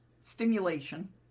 stimulation